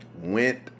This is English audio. went